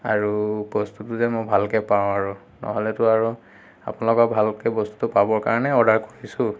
আৰু বস্তুটো যেন মই ভালকে পাওঁ আৰু নহ'লেতো আৰু আপোনালোকৰ ভালকে বস্তুটো পাবৰ কাৰণে অৰ্ডাৰ কৰিছোঁ